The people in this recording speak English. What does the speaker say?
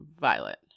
violet